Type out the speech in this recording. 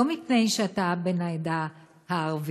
לא מפני שאתה בן העדה הערבית,